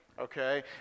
okay